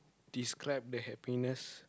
describe the happiness